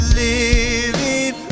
living